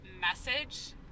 message